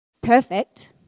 perfect